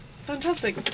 Fantastic